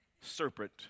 serpent